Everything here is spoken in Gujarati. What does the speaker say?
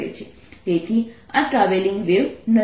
તેથી આ ટ્રાવેલિંગ વેવ નથી